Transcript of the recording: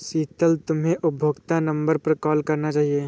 शीतल, तुम्हे उपभोक्ता नंबर पर कॉल करना चाहिए